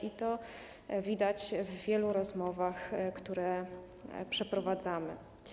I to widać w wielu rozmowach, które przeprowadzamy.